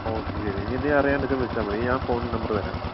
okay ശരി ഇനിയെന്തെങ്കിലും അറിയാനുണ്ടെന്നു വച്ചാൽ വിളിച്ചാൽമതി ഇനി ഞാൻ ഫോൺ നമ്പറ് തരാം